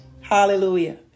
Hallelujah